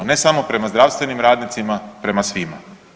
Ne samo prema zdravstvenim radnicima, prema svima.